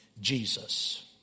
Jesus